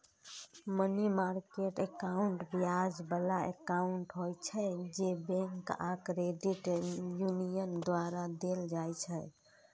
money market account ब्याज बला account होइ छै, जे बैंक आ क्रेडिट यूनियन द्वारा देल जाइ छै